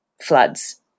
floods